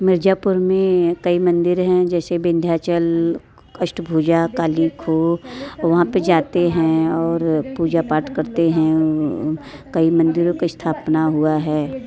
मिर्ज़ापुर में कई मंदिर हैं जैसे विंध्याचल अष्टभुजा काली खो वहाँ पर जाते हैं और पूजा पाठ करते हैं कई मंदिरो की स्थापना हुआ है